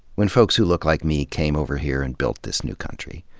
when folks who look like me came over here and built this new country.